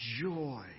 joy